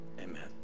amen